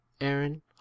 Aaron